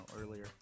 earlier